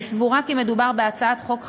אני סבורה כי מדובר בהצעת חוק חשובה,